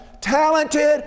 talented